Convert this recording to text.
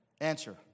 Answer